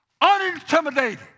unintimidated